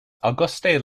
auguste